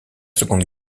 seconde